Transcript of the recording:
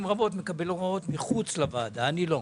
רבות היה מקבל הוראות מחוץ לוועדה ואילו אני לא.